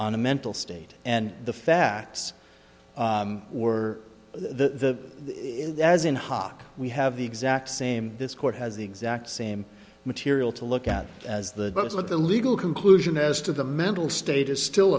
the mental state and the facts or the as in hoc we have the exact same this court has the exact same material to look at as the of the legal conclusion as to the mental state is still